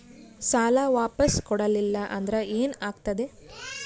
ಸಾಲ ವಾಪಸ್ ಕೊಡಲಿಲ್ಲ ಅಂದ್ರ ಏನ ಆಗ್ತದೆ?